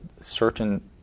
certain